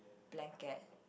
blanket